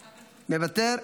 מוותר,